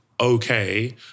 okay